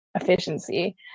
efficiency